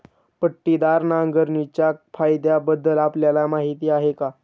पट्टीदार नांगरणीच्या फायद्यांबद्दल आपल्याला माहिती आहे का?